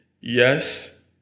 Yes